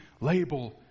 label